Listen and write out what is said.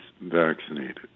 vaccinated